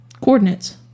coordinates